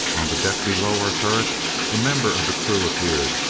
on the deck below our turret a member of the crew appeared,